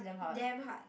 damn hard